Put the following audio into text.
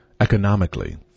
economically